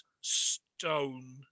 stone